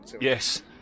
Yes